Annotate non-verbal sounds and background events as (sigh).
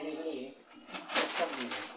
(unintelligible)